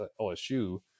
LSU